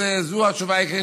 אז זו התשובה העיקרית,